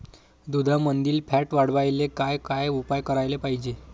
दुधामंदील फॅट वाढवायले काय काय उपाय करायले पाहिजे?